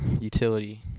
utility